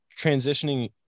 transitioning